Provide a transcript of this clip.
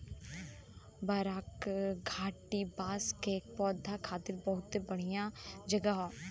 बराक घाटी बांस के पौधा खातिर बहुते बढ़िया जगह हौ